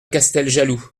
casteljaloux